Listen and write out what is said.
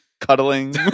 Cuddling